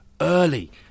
early